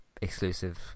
exclusive